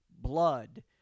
blood